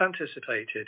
anticipated